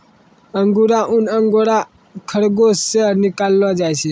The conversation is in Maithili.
अंगुरा ऊन अंगोरा खरगोस से निकाललो जाय छै